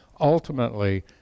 ultimately